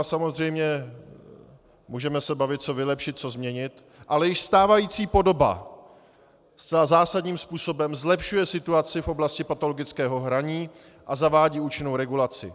Samozřejmě můžeme se bavit, co vylepšit, co změnit, ale již stávající podoba zcela zásadním způsobem zlepšuje situaci v oblasti patologického hraní a zavádí účinnou regulaci.